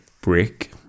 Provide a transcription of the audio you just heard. break